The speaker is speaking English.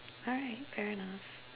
alright fair enough